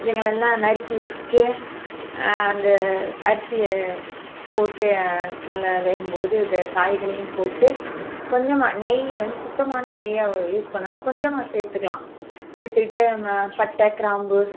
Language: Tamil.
இதுகளையெல்லாம் நறுக்கி வச்சுட்டு அந்த அரிசியை போட்டு நல்லா வேகும்போது இது காய்களையும் போட்டு கொஞ்சமாக நெய் வந்து சுத்தமான நெய்யாக யூஸ் பண்ணணும் கொஞ்சமாக சேர்த்துக்குலாம் சேர்த்துக்குட்டு பட்டை கிராம்பு